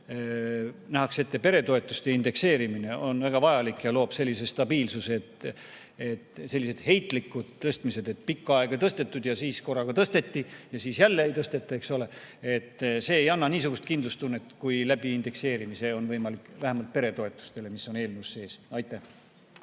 nähakse ette peretoetuste indekseerimine, on väga vajalik ja loob stabiilsuse. Sellised heitlikud tõstmised, et pikka aega ei tõstetud ja siis korraga tõsteti ja siis jälle ei tõsteta, eks ole, ei anna niisugust kindlustunnet, kui indekseerimise kaudu on võimalik, vähemalt peretoetustele, mis on eelnõus sees. Aitäh!